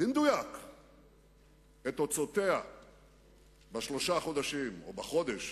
במדויק את תוצאותיה בשלושה חודשים, או בחודש